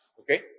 Okay